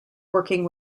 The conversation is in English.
working